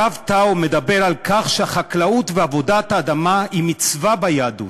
הרב טאו מדבר על כך שהחקלאות ועבודת האדמה הן מצווה ביהדות.